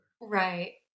Right